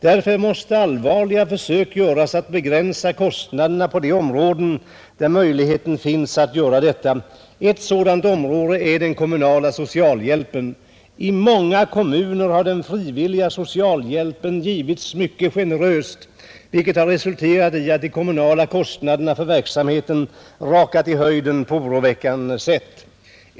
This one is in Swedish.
Därför måste allvarliga försök göras att begränsa kostnaderna på de områden där möjligheter finns att göra detta. Ett sådant område är den kommunala socialhjälpen. I många kommuner har den frivilliga socialhjälpen givits mycket generöst, vilket har resulterat i att de kommunala kostnaderna för verksamheten rakat i höjden på ett oroväckande sätt.